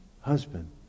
husband